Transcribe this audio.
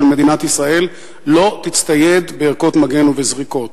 של מדינת ישראל שלא תצטייד בערכות מגן ובזריקות.